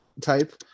type